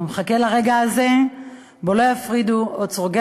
הוא מחכה לרגע הזה שבו לא יפרידו עוד סורגי